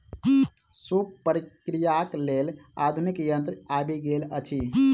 सूप प्रक्रियाक लेल आधुनिक यंत्र आबि गेल अछि